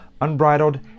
Unbridled